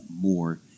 more